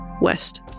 west